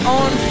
on